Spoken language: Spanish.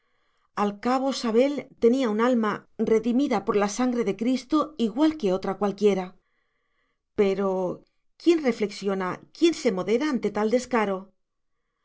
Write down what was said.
al cabo sabel tenía un alma redimida por la sangre de cristo igual que otra cualquiera pero quién reflexiona quién se modera ante tal descaro